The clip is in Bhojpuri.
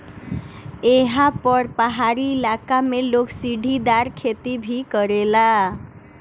एहा पर पहाड़ी इलाका में लोग सीढ़ीदार खेती भी करेला